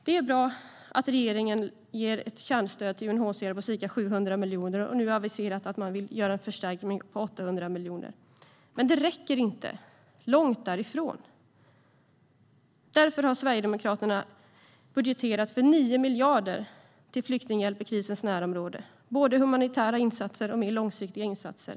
Det är bra att regeringen ger ett kärnstöd till UNHCR på ca 700 miljoner och nu aviserar att man vill göra en förstärkning på 800 miljoner. Men det räcker inte - långt därifrån. Därför har Sverigedemokraterna budgeterat 9 miljarder till flyktinghjälp i krisens närområde i form av både humanitära och mer långsiktiga insatser.